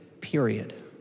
period